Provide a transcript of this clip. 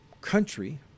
country